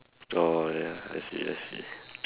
oh ya I see I see